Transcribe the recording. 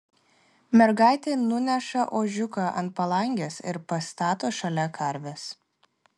mergaitė nuneša ožiuką ant palangės ir pastato šalia karvės